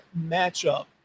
matchup